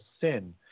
sin